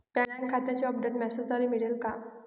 Bank खात्याचे update मेसेजद्वारे मिळेल का?